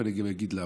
ואני גם אגיד למה,